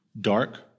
dark